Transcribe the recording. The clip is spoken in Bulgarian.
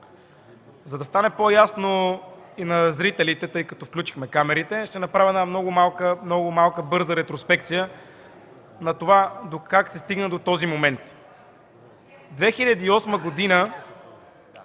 За да стане по-ясно и на зрителите, тъй като включихме камерите, ще направя много малка, бърза ретроспекция на това как се стигна до този момент. През 2008 г.